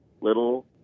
little